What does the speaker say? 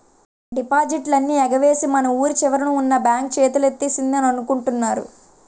డిపాజిట్లన్నీ ఎగవేసి మన వూరి చివరన ఉన్న బాంక్ చేతులెత్తేసిందని అనుకుంటున్నారు